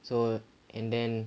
so and then